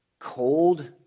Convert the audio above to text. Cold